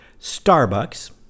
Starbucks